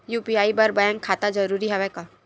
UPI बर bank खाता जरूरी हवय का?